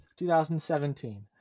2017